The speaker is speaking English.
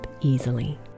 easily